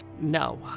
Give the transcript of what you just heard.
No